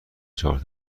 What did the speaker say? چهار